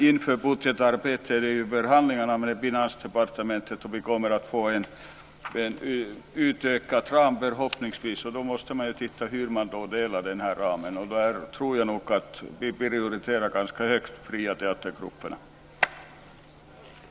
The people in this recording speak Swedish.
Inför budgetförhandlingarna med Finansdepartementet kommer vi förhoppningsvis att få en utökad ram. Då måste vi titta på hur den ramen ska delas. Vi prioriterar de fria teatergrupperna högt.